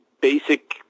basic